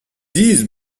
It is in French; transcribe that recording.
dise